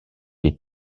des